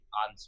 on